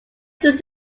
through